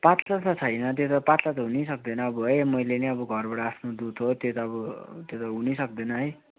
पत्ला त छैन त्यो पत्ला त हुनै सक्दैन अब है मैले नै अब घरबाट आफ्नो दुध हो त्यो त अब त्यो त हुनै सक्दैन है